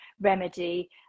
remedy